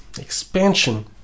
Expansion